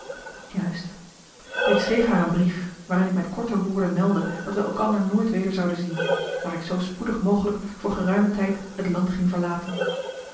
juist ik schreef haar een brief waarin ik met korte woorden meldde dat wij elkander nooit weder zouden zien daar ik zoo spoedig mogelijk voor geruimen tijd het land ging verlaten